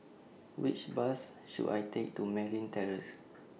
Which Bus should I Take to Merryn Terrace